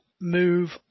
move